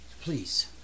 Please